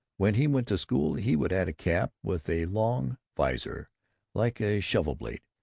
when he went to school he would add a cap with a long vizor like a shovel-blade.